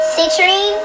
Citrine